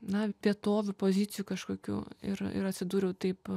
na vietovių pozicijų kažkokių ir ir atsidūriau taip